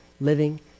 living